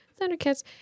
Thundercats